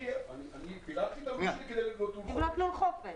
אני פירקתי את הלול שלי כדי לבנות לול חופש.